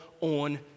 on